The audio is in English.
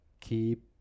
Keep